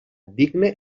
digne